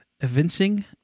evincing